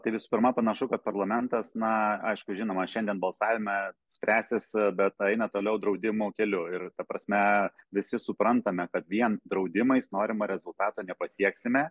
tai visų pirma panašu kad parlamentas na aišku žinoma šiandien balsavime spręsis bet eina toliau draudimo keliu ir ta prasme visi suprantame kad vien draudimais norimo rezultato nepasieksime